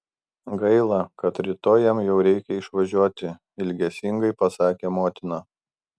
gaila kad rytoj jam jau reikia išvažiuoti ilgesingai pasakė motina